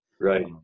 right